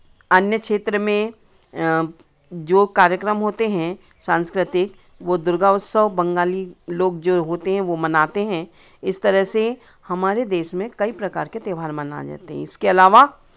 अन्य क्षेत्र में जो कार्यक्रम होते हैं सांस्कृतिक वो दुर्गा उत्सव बंगाली लोग जो होते हैं वो मनाते हैं इस तरह से हमारे देश में कई प्रकार के त्योहार मनाए जाते हैं इसके अलावा